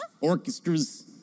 Orchestras